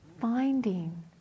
finding